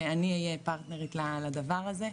שאני אהיה פרטנרית לדבר הזה.